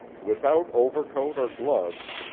without overcoat or gloves,